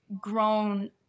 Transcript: grown